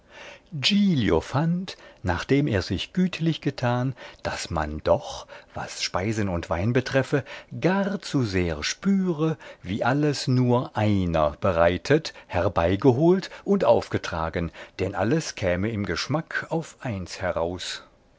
fand nachdem er sich gütlich getan daß man doch was speisen und wein betreffe gar zu sehr spüre wie alles nur einer bereitet herbeigeholt und aufgetragen denn alles käme im geschmack auf eins heraus